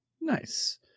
Nice